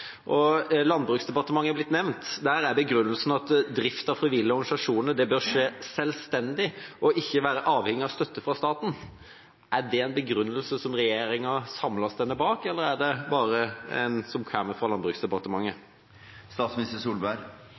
og matdepartementet er blitt nevnt. Der er begrunnelsen at drift av frivillige organisasjoner bør skje selvstendig og ikke være avhengig av støtte fra staten. Er det en begrunnelse som regjeringa samlet står bak, eller er det bare en som kommer fra